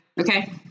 okay